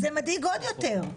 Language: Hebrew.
זה מדאיג עוד יותר,